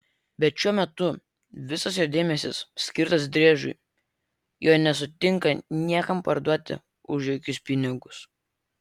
bet šiuo metu visas jo dėmesys skirtas driežui jo nesutinka niekam parduoti už jokius pinigus